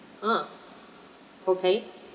ah okay